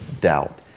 doubt